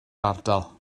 ardal